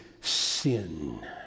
sin